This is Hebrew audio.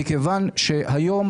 היום,